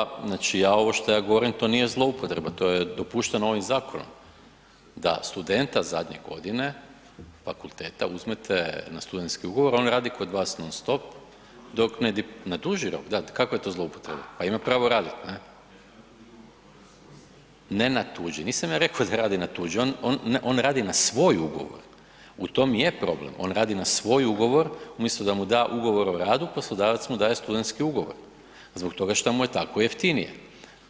Hvala lijepa, znači ja ovo šta ja govorim to nije zloupotreba, to je dopušteno ovim zakonom da studenta zadnje godine fakulteta uzmete na studentski ugovor, on radi kod vas non stop dok, na duži rok, kakva je to zloupotreba, pa ima pravo radit, ne, ne na tuđi, nisam ja reko da radi na tuđi, on, on, on radi na svoj ugovor, u tom i je problem, on radi na svoj ugovor umjesto da mu da Ugovor o radu, poslodavac mu daje studentski ugovor zbog toga šta mu je tako jeftinije,